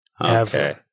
Okay